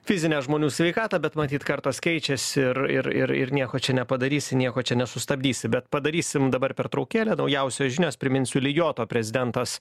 fizinę žmonių sveikatą bet matyt kartos keičiasi ir ir ir ir nieko čia nepadarysi nieko čia nesustabdysi bet padarysim dabar pertraukėlę naujausios žinios priminsiu lijoto prezidentas